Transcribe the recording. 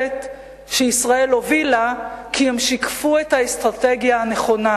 שישראל הובילה כי הם שיקפו את האסטרטגיה הנכונה,